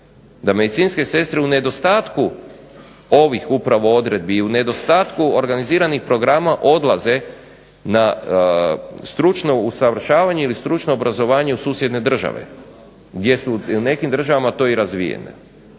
da medicinske sestre u nedostatku ovih upravo ovih odredbi, u nedostatku organiziranih programa odlaze na stručno usavršavanje ili stručno obrazovanje u susjedne države, gdje su u nekim državama to i razvijene.